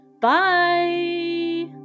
Bye